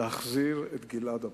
להחזיר את גלעד הביתה.